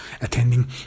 attending